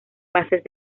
bases